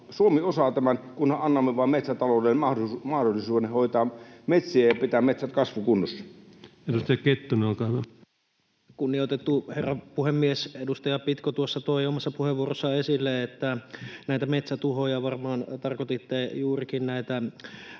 Suomi osaa tämän, kunhan annamme vain metsätaloudelle mahdollisuuden hoitaa metsiä ja pitää metsät kasvukunnossa. Edustaja Kettunen, olkaa hyvä. Kunnioitettu herra puhemies! Edustaja Pitko tuossa toi omassa puheenvuorossaan esille, että näitä metsätuhoja varmaan tarkoititte, että juurikin näitä